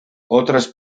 otras